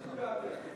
לשיקול דעתך.